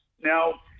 Now